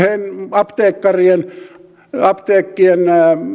apteekkarien apteekkien